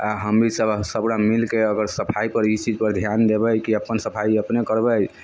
आओर हमनि सभ सभ गोटा मिलके अगर सफाइ पर इस चीज पर ध्यान देबै कि अपन सफाइ अपने करबै